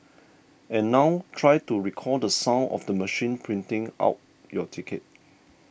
and now try to recall the sound of the machine printing out your ticket